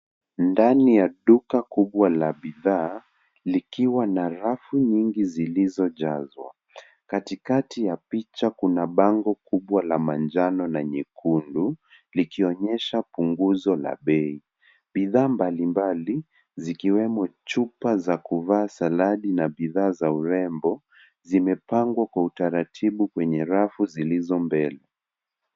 Ndani ya duka kubwa ya bidhaa likiwa na rafu nyingi zilizojazwa .Katikati ya picha kuna bango kubwa na nyekundu likionyesha punguzo la bei. Bidhaa mbalimbali zikiwemo chupa za kuvaa saladi na bidhaa za urembo zimepangwa kwa taratibu kwenye rafu zilizo mbele.